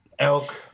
elk